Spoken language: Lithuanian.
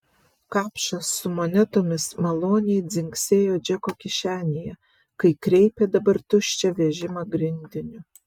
kapšas su monetomis maloniai dzingsėjo džeko kišenėje kai kreipė dabar tuščią vežimą grindiniu